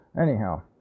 Anyhow